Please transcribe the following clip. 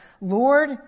Lord